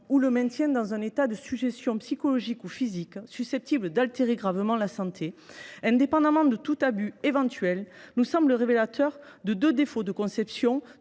ou le maintien dans un état de sujétion psychologique ou physique susceptible d’altérer gravement la santé, indépendamment de tout abus éventuel, nous semble révélatrice de deux défauts de conception